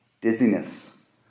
dizziness